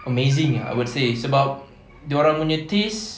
amazing I would say sebab dorangnya taste